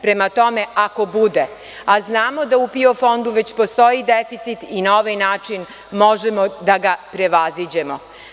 Prema tome, ako bude, a znamo da u PIO fondu već postoji deficit i na ovaj način možemo da ga prevaziđemo.